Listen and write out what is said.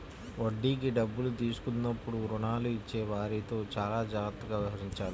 వడ్డీకి డబ్బులు తీసుకున్నప్పుడు రుణాలు ఇచ్చేవారితో చానా జాగ్రత్తగా వ్యవహరించాలి